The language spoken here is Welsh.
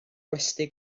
gwesty